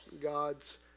God's